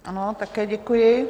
Ano, také děkuji.